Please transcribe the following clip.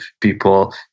people